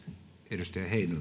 arvoisa